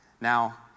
Now